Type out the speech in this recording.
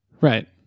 right